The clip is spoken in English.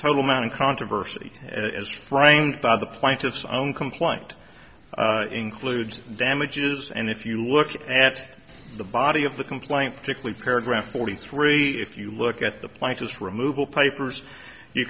total amount in controversy as framed by the plaintiff's own complaint includes damages and if you look at the body of the complaint particularly paragraph forty three if you look at the planks removal papers you